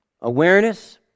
Awareness